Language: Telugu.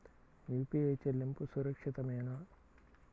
యూ.పీ.ఐ చెల్లింపు సురక్షితమేనా?